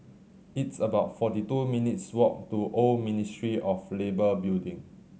it's about forty two minutes' walk to Old Ministry of Labour Building